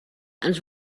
ens